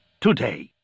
Today